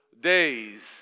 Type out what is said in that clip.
days